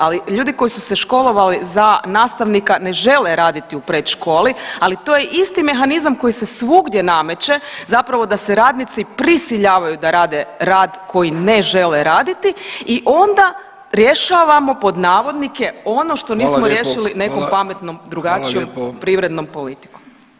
Ali ljudi koji su se školovali za nastavnika ne žele raditi u predškoli, ali to je isti mehanizam koji se svugdje nameće zapravo da se radnici prisiljavaju da rade rad koji ne žele raditi i onda rješavamo pod navodnike ono [[Upadica: Hvala lijepo.]] što nismo [[Upadica: Hvala.]] riješili nekom pametnom, drugačijom [[Upadica: Hvala lijepo.]] privrednom politikom.